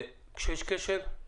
כשיש כשל,